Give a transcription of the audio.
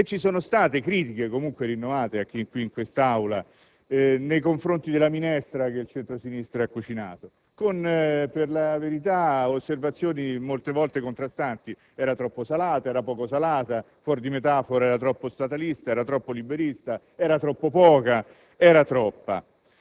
e ci sono state critiche, comunque rinnovate anche qui in quest'Aula, nei confronti della minestra che il centro-sinistra ha cucinato, con osservazioni, per la verità, molte volte contrastanti: era troppo salata, era poco salata; fuori di metafora, era troppo statalista o troppo liberista; era troppo poca o troppa.